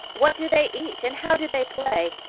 what do they eat and how do they play?